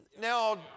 Now